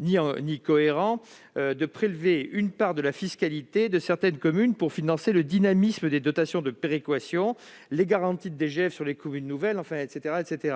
ni cohérent de prélever une part de la fiscalité de certaines communes pour financer le dynamisme des dotations de péréquation, les garanties de DGF sur les communes nouvelles et d'autres mesures de ce type.